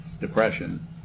depression